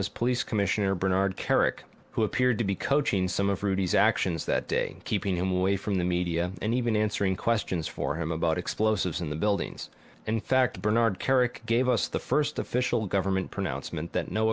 was police commissioner bernard kerik who appeared to be coaching some of ruby's actions that day keeping him away from the media and even answering questions for him about explosives in the buildings in fact bernard kerik gave us the first official government pronouncement that no